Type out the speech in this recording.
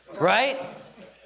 right